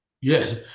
Yes